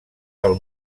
del